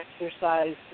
exercise